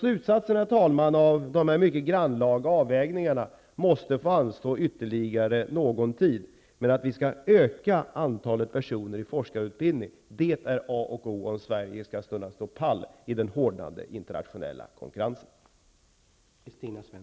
Slutsatsen av dessa mycket grannlaga avvägningar måste få anstå ytterligare någon tid, men det står klart att vi måste öka antalet personer i forskarutbildning. Det är a och o, om Sverige skall kunna stå pall i den hårdnande internationella konkurrensen.